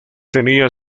tenía